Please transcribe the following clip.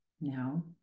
Now